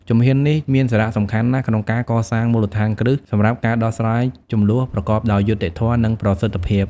ជំហាននេះមានសារៈសំខាន់ណាស់ក្នុងការកសាងមូលដ្ឋានគ្រឹះសម្រាប់ការដោះស្រាយជម្លោះប្រកបដោយយុត្តិធម៌ និងប្រសិទ្ធភាព។